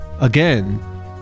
again